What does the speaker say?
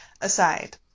aside